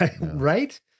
Right